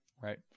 right